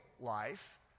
life